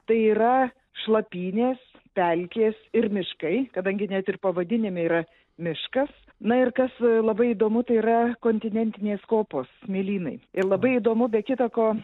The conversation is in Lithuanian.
tai yra šlapynės pelkės ir miškai kadangi net ir pavadinime yra miškas na ir kas labai įdomu tai yra kontinentinės kopos smėlynai ir labai įdomu be kita ko